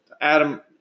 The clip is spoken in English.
Adam